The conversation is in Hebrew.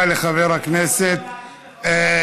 להגיד לחבר הכנסת אמסלם,